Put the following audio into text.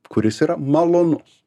kuris yra malonus